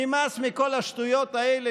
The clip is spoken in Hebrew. נמאס מכל השטויות האלה,